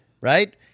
right